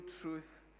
truth